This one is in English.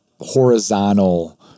horizontal